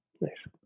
Nice